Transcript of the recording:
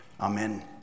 Amen